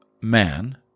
man